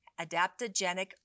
adaptogenic